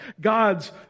God's